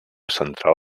central